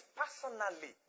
personally